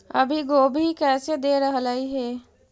अभी गोभी कैसे दे रहलई हे?